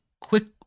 quick